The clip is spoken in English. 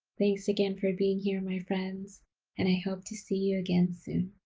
thanks again for being here my friends and i hope to see you again soon.